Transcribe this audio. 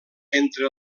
entre